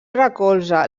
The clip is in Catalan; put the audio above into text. recolza